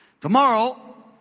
tomorrow